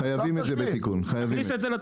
חייבים את זה בתיקון, חייבים את זה.